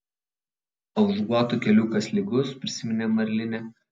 o už guoto keliukas lygus prisiminė marlinė